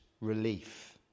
relief